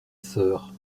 sœur